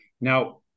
Now